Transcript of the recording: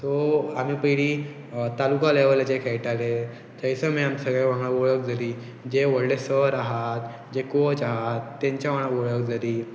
so आमी पयलीं तालुका लेवलाचे खेळटाले थंयस मागीर आमी सगळें वांगडा वळख जाली जे व्हडले सर आहात जे कोच आहात तेंच्या वांगडा वळख जाली